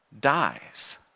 dies